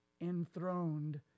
enthroned